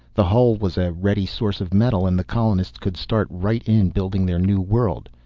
the hull was a ready source of metal and the colonists could start right in building their new world.